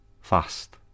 Fast